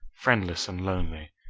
friendless and lonely.